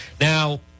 Now